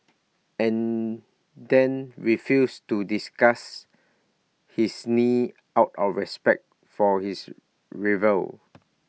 and then refused to discuss his knee out of respect for his rival